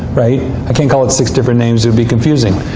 right? i can't call it six different names. it'd be confusing.